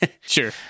Sure